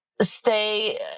stay